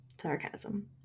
Sarcasm